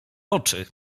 oczy